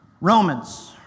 Romans